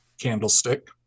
candlestick